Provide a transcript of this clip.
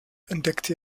entdeckte